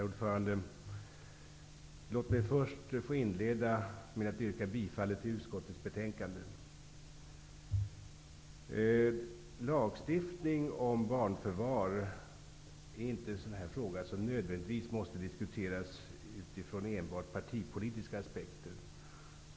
Herr talman! Jag vill inleda med att yrka bifall till utskottets hemställan. Lagstiftning om barnförvar är inte en fråga som nödvändigtvis måste diskuteras utifrån enbart partipolitiska aspekter.